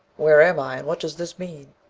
where am i, and what does this mean?